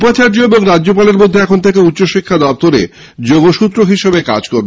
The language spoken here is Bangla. উপাচার্য এবং রাজ্যপালের মধ্যে এখন থেকে উচ্চশিক্ষা দপ্তর যোগসূত্র হিসাবে কাজ করবে